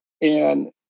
and-